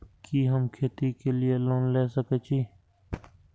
कि हम खेती के लिऐ लोन ले सके छी?